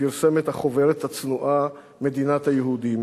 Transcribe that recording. כשפרסם את החוברת הצנועה "מדינת היהודים"